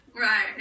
Right